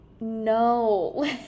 no